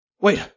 Wait